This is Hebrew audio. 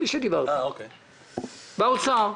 עם מי שדיברתי במשרד האוצר.